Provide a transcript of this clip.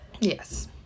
Yes